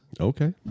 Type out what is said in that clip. Okay